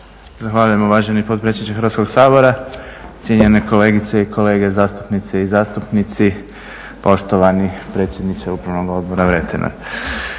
Zahvaljujem uvaženi potpredsjedniče Hrvatskog sabora. Cijenjene kolegice i kolege zastupnice i zastupnici, poštovani predsjedniče Upravnog odbora Vretenar.